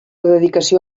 dedicació